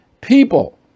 people